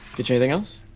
get you anything else?